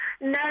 No